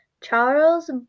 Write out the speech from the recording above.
Charles